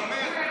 כן?